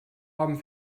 haben